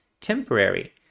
temporary